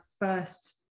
first